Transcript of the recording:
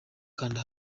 kanda